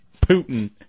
Putin